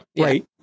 Right